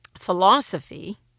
philosophy